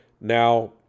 Now